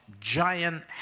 giant